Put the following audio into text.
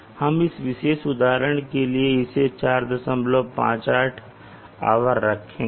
हम इस विशेष उदाहरण के लिए इसे 458 आवर रखेंगे